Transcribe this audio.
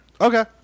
Okay